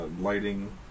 lighting